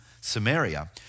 Samaria